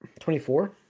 24